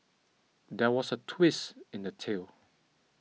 there was a twist in the tale